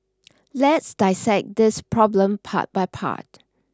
let's dissect this problem part by part